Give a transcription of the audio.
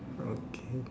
okay